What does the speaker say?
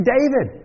David